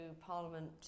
Parliament